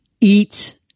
eat